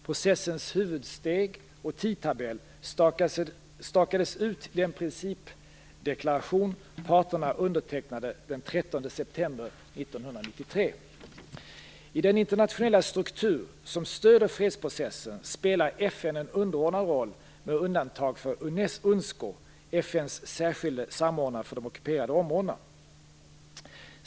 Processens huvudsteg och tidtabell stakades ut i den principdeklaration som parterna undertecknade den 13 september 1993. I den internationella struktur som stöder fredsprocessens spelar FN en underordnad roll, med undantag för UNSCO, FN:s särskilda samordnare för de ockuperade områdena.